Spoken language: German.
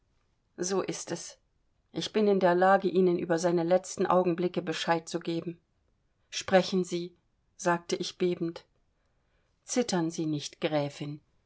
so ist es ich bin in der lage ihnen über seine letzten augenblicke bescheid zu geben sprechen sie sagte ich bebend zittern sie nicht gräfin